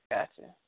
Gotcha